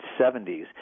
70s